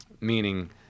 meaning